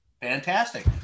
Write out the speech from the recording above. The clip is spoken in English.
fantastic